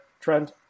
trend